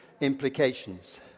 implications